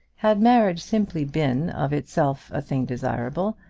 had marriage simply been of itself a thing desirable,